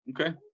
Okay